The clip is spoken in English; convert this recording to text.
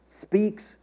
speaks